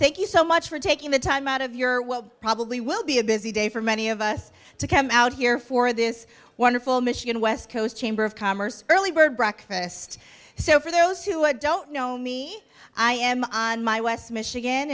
thank you so much for taking the time out of your well probably will be a busy day for many of us to come out here for this wonderful michigan west coast chamber of commerce early bird breakfast so for those who don't know me i am on my west michigan